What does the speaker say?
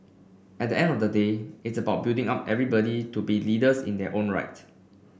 at end of the day it's about building up everybody to be leaders in their own right